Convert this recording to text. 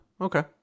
Okay